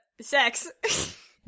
sex